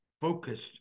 Focused